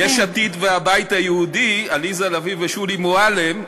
יש עתיד והבית היהודי, עליזה לביא ושולי מועלם.